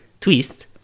twist